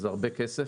זה הרבה כסף.